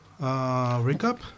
recap